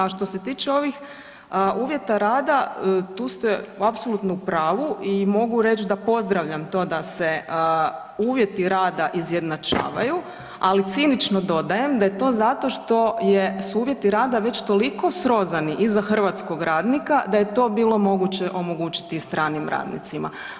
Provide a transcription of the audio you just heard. A što se tiče ovih uvjeta rada, tu ste apsolutno u pravu i mogu reći da pozdravljam to da se uvjeti rada izjednačavaju, ali cinično dodajem da je to zato što su uvjeti rada već toliko srozani i za hrvatskog radnika da je to bilo moguće omogućiti i stranim radnicima.